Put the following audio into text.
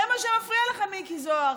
זה מה שמפריע לך, מיקי זוהר?